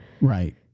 Right